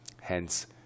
hence